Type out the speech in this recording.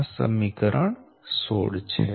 આ સમીકરણ 16 છે